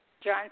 John